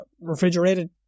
refrigerated